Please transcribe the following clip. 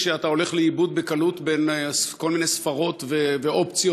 שאתה הולך לאיבוד בקלות בין כל מיני ספרות ואופציות,